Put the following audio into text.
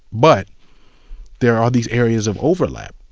but there are these areas of overlap.